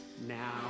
Now